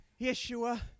Yeshua